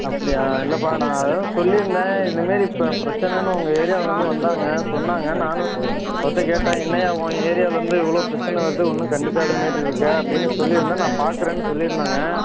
அப்படியா இல்லைப்பா நான் அதான் சொல்லிருந்தேன் இந்த மாரி இப்போ பிரச்சனன்னு உங்கள் ஏரியாவுலேந்து வந்தாங்க சொன்னாங்க நானும் அவர்கிட்ட கேட்டேன் என்னய்யா ஓன் ஏரியாவுலேந்து இவ்வளோ பிரச்சனை வருது ஒன்றும் கண்டுக்காத மாதிரி இருக்க அப்படின்னு சொல்லிருந்தேன் நான் பார்க்குறேன்னு சொல்லிருந்தாங்க